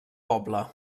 poble